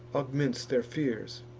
augments their fears